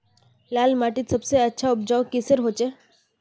लाल माटित सबसे अच्छा उपजाऊ किसेर होचए?